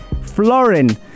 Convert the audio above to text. Florin